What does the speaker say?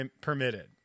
permitted